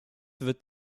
wird